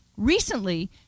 Recently